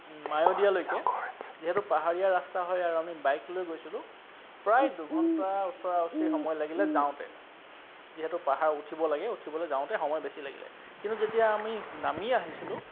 মায়'দিয়ালৈকে যিহেতু পাহাৰীয়া ৰাস্তা হয় আৰু আমি বাইক লৈ গৈছিলোঁ প্ৰায় দুঘণ্টা ওচৰা ওচৰি সময় লাগিলে যাওঁতে যিহেতু পাহাৰ উঠিব লাগে উঠিবলৈ যাওঁতে সময় বেছি লাগিলে কিন্তু যেতিয়া আমি নামি আহিছিলোঁ